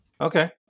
Okay